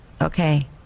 Okay